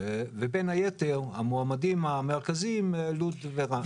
ובין היתר המועמדים המרכזיים, לוד ועכו.